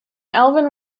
alvin